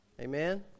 Amen